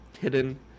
hidden